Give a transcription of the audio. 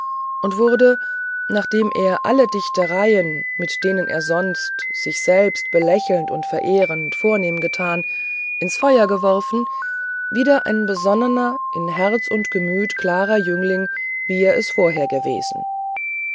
und wurde nachdem er alle dichtereien mit denen er sonst sich selbst belächelnd und verehrend vornehm getan ins feuer geworfen wieder ein besonnener in herz und gemüt klarer jüngling wie er es vorher gewesen